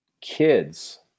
kids